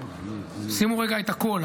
שימו רגע את הכול,